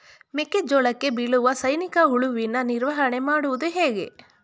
ಮೆಕ್ಕೆ ಜೋಳಕ್ಕೆ ಬೀಳುವ ಸೈನಿಕ ಹುಳುವಿನ ನಿರ್ವಹಣೆ ಮಾಡುವುದು ಹೇಗೆ?